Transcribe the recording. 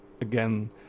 again